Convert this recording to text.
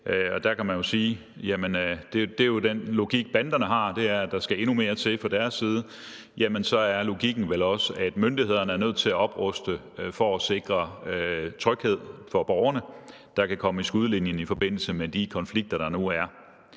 Og der kan man jo sige, at banderne har den logik, at der skal endnu mere til fra deres side, og så er logikken vel også, at myndighederne er nødt til at opruste for at sikre tryghed for borgerne, der kan komme i skudlinjen i forbindelse med de konflikter, der nu er.